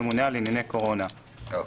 ממונה על ענייני קורונה); אוקיי.